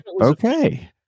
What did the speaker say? okay